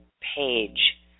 page